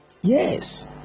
Yes